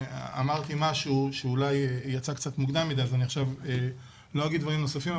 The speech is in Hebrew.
אמרתי משהו שאולי יצא קצת מוקדם מדי אז אני עכשיו לא אגיד דברים נוספים.